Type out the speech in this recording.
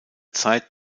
zeit